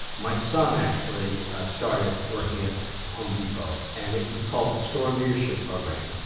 my son actually started working in home depot and it was called the store leadership program.